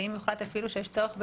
ואם יוחלט אפילו שיש צורך ביותר,